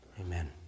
Amen